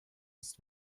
ist